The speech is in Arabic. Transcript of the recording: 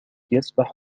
يسبح